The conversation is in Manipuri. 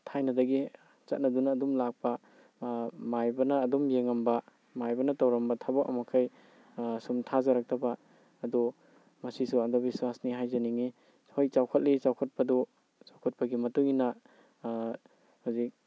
ꯊꯥꯏꯅꯗꯒꯤ ꯆꯠꯅꯗꯨꯅ ꯑꯗꯨꯝ ꯂꯥꯛꯄ ꯃꯥꯏꯕꯅ ꯑꯗꯨꯝ ꯌꯦꯡꯉꯝꯕ ꯃꯥꯏꯕꯅ ꯇꯧꯔꯝꯕ ꯊꯕꯛ ꯃꯈꯩ ꯁꯨꯝ ꯊꯥꯖꯔꯛꯇꯕ ꯑꯗꯣ ꯃꯁꯤꯁꯨ ꯑꯟꯗꯕꯤꯁ꯭ꯋꯥꯁꯅꯤ ꯍꯥꯏꯖꯅꯤꯡꯏ ꯍꯣꯏ ꯆꯥꯎꯈꯠꯂꯤ ꯆꯥꯎꯈꯠꯄꯗꯨ ꯆꯥꯎꯈꯠꯄꯒꯤ ꯃꯇꯨꯡꯏꯟꯅ ꯍꯧꯖꯤꯛ